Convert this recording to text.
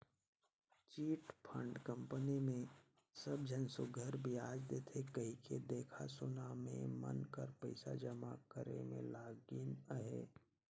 chit fund company मे सब झन सुग्घर बियाज देथे कहिके देखा सुना में मन कर पइसा जमा करे में लगिन अहें